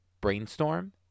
brainstorm